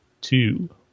two